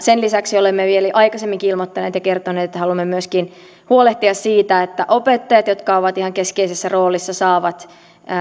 sen lisäksi olemme vielä aikaisemminkin ilmoittaneet ja kertoneet että haluamme myöskin huolehtia siitä että opettajat jotka ovat ihan keskeisessä roolissa saavat